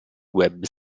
web